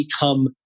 become